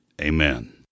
Amen